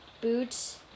Boots